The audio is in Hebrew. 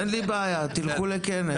אין לי בעיה, תלכו לכנס.